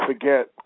forget